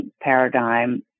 paradigm